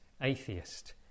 Atheist